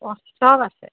অঁ সব আছে